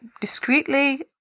discreetly